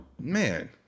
Man